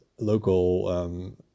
local